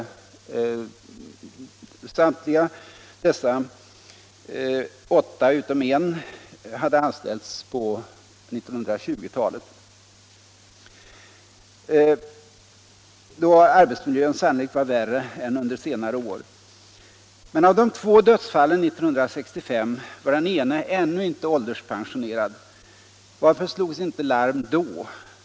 I likhet med alla de övriga utom en hade denne först döde i cancerregistret börjat sin anställning vid Nohab på 1920-talet, då arbetsmiljön sannolikt var värre än under senare år. Men av de två dödsfallen 1965 var den ene ännu inte ålderspensionerad. Varför slogs inte larm då?